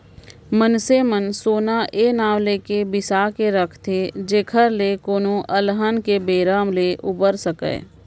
मनसे मन सोना ए नांव लेके बिसा के राखथे जेखर ले कोनो अलहन के बेरा ले उबर सकय